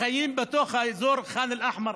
חיים בתוך אזור ח'אן אל-אחמר,